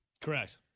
Correct